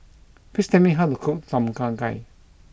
please tell me how to cook Tom Kha Gai